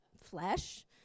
flesh